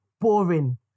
Boring